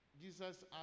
Jesus